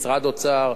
משרד אוצר.